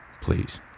please